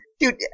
Dude